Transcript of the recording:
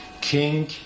king